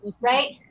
right